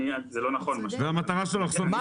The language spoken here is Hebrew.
זה לא נכון מה שאתה אומר.